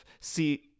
see